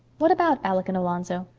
what about alec and alonzo?